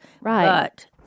Right